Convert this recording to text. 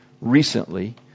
recently